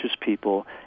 people